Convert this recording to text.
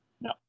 No